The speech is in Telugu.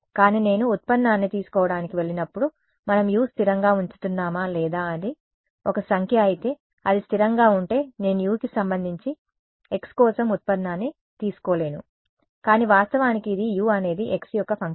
కానీ నేను ఉత్పన్నాన్ని తీసుకోవడానికి వెళ్ళినప్పుడు మనం U స్థిరంగా ఉంచుతున్నామా లేదా అది ఒక సంఖ్య అయితే అది స్థిరంగా ఉంటే నేను U కి సంబంధించి x కోసం ఉత్పన్నాన్ని తీసుకోలేను కానీ వాస్తవానికి ఇది U అనేది x యొక్క ఫంక్షన్